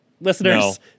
listeners